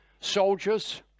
soldiers